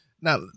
now